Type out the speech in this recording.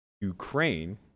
Ukraine